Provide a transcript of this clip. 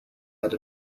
had